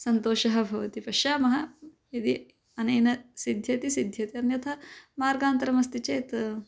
सन्तोषः भवति पश्यामः यदि अनेन सिद्ध्यति सिद्ध्यति अन्यथा मार्गान्तरमस्ति चेत्